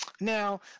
Now